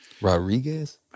Rodriguez